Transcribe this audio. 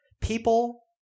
people